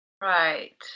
Right